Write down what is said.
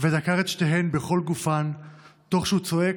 ודקר את שתיהן בכל גופן, תוך שהוא צועק: